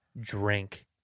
drink